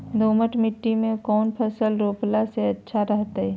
दोमट मिट्टी में कौन फसल रोपला से अच्छा रहतय?